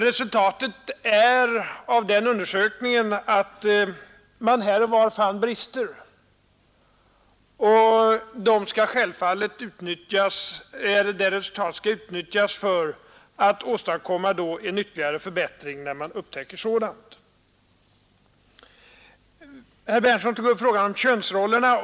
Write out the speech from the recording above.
Resultatet av den undersökningen blev att det här och var fanns brister. Det resultatet skall självfallet utnyttjas för att åstadkomma en ytterligare förbättring. Herr Berndtson tog upp frågan om könsrollerna.